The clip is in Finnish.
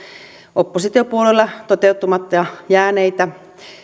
oppositiopuolueilla toteutumatta jääneitä